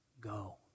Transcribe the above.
go